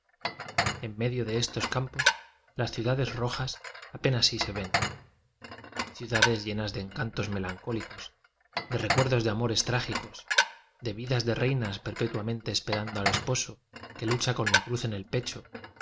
caín enmedio cíe estos campos las ciudades rojas apenas si se ven ciudades llenas de encantos melan cólicos de recuerdos de amores trágicos de vidas de reinas perpetuamente esperan do al esposo que lucha con la cruz en el pecho